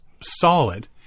solid